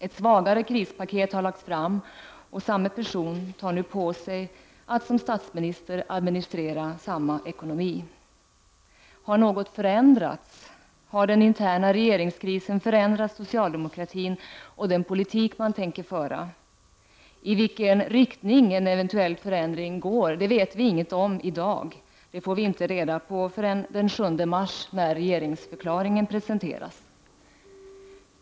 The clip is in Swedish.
Ett svagare krispaket har lagts fram, och samme person tar nu på sig att som statsminister administrera samma ekonomi. Har något förändrats? Har den interna regeringskrisen förändrat socialdemokratin och den politik man tänker föra? I vilken riktning en eventuell förändring går vet vi inget om i dag. Det får vi inte veta förrän den 7 mars när regeringsförklaringen presenteras.